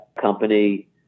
company